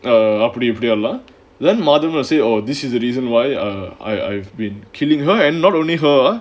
அப்டி இப்படி எல்லாம்:apdi ipdi ellaam then madhavan will say oh this is the reason why err I I've been killing her and not only her